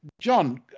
John